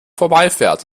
vorbeifährt